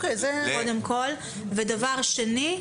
דבר שני,